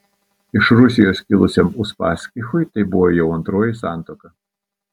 iš rusijos kilusiam uspaskichui tai buvo jau antroji santuoka